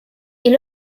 est